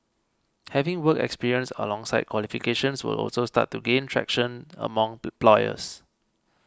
having working experience alongside qualifications will also start to gain traction among employers